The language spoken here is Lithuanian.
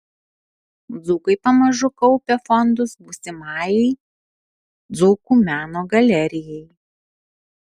dzūkai pamažu kaupia fondus būsimajai dzūkų meno galerijai